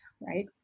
right